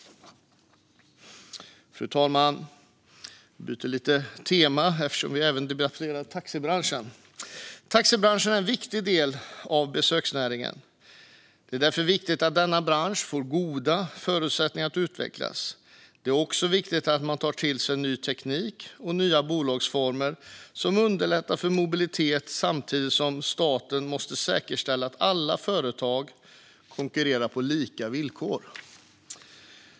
Fru talman! Så till taxibranschen. Den är en viktig del av besöksnäringen, och det är därför viktigt att denna bransch får goda förutsättningar att utvecklas. Det är viktigt att man tar till sig ny teknik och nya bolagsformer som underlättar mobiliteten. Samtidigt måste staten säkerställa att alla företag konkurrerar på likvärdiga villkor.